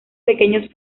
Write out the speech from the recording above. pequeños